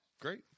Great